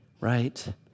Right